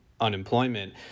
unemployment